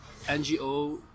NGO